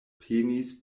penis